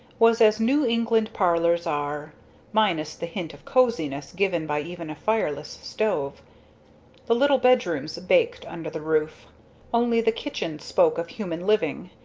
was as new england parlors are minus the hint of cosiness given by even a fireless stove the little bedrooms baked under the roof only the kitchen spoke of human living,